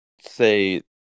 say